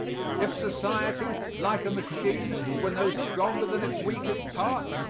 if society, like a machine, were no stronger than its weakest part,